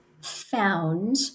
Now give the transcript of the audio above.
found